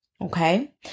Okay